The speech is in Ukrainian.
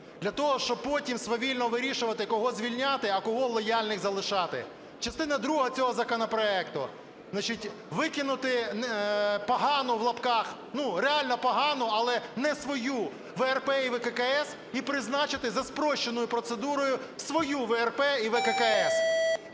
для того, щоб потім свавільного вирішувати, кого звільняти, а кого, лояльних, залишати. Частина друга цього законопроекту, значить, викинути "погану" (в лапках), ну, реально погану, але не свою ВРП і ВККС і призначити за спрощеною процедурою свою ВРП і ВККС.